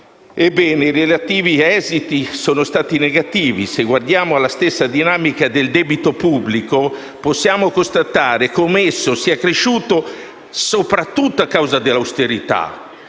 Ebbene, i relativi esiti sono stati negativi. Se guardiamo alla stessa dinamica del debito pubblico, possiamo constatare come esso sia cresciuto a causa soprattutto dell'austerità